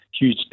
huge